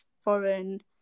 foreign